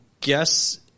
guess